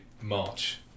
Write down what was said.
March